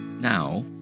Now